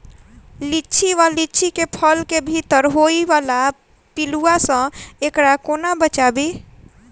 लिच्ची वा लीची केँ फल केँ भीतर होइ वला पिलुआ सऽ एकरा कोना बचाबी?